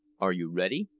are you ready?